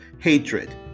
hatred